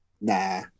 Nah